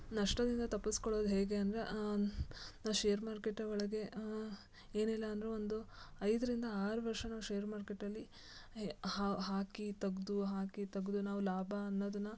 ನಷ್ಟದಿಂದ ತಪ್ಪಿಸ್ಕೊಳ್ಳೋದು ಹೇಗೆ ಅಂದರೆ ನಾವು ಶೇರ್ ಮಾರ್ಕೆಟ್ಟಿನ ಒಳಗೆ ಏನಿಲ್ಲ ಅಂದರೂ ಒಂದು ಐದರಿಂದ ಆರು ವರ್ಷ ನಾವು ಶೇರ್ ಮಾರ್ಕೆಟಲ್ಲಿ ಹೆ ಹಾಕಿ ತೆಗ್ದು ಹಾಕಿ ತೆಗ್ದು ನಾವು ಲಾಭ ಅನ್ನೋದನ್ನ